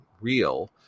real